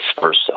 versa